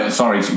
sorry